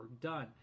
done